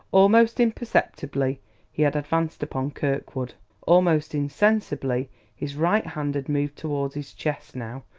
almost imperceptibly he had advanced upon kirkwood almost insensibly his right hand had moved toward his chest now,